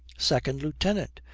second lieutenant!